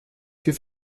für